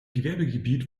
gewerbegebiet